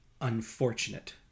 unfortunate